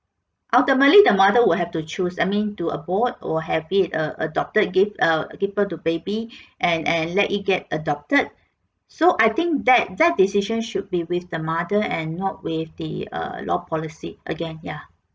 ultimately the mother will have to choose I mean to abort or have it err adopted give err give birth to baby and and let it get adopted so I think that that decision should be with the mother and not with the err law policy again ya